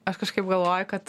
aš kažkaip galvoju kad